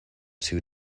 two